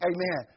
Amen